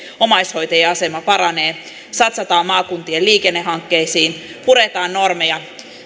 omaishoitajien asema paranee satsataan maakuntien liikennehankkeisiin puretaan normeja